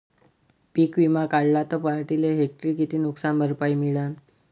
पीक विमा काढला त पराटीले हेक्टरी किती नुकसान भरपाई मिळीनं?